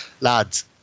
lads